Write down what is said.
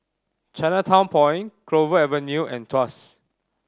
Chinatown Point Clover Avenue and Tuas